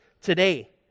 today